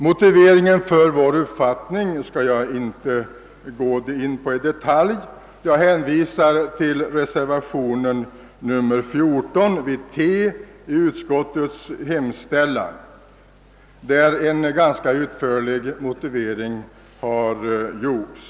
Motiveringen för vår uppfattning skall jag inte gå in på i detalj; jag hänvisar till reservationen XIV vid moment T i utskottets hemställan, vari en ganska utförlig motivering har givits.